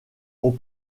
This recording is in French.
aux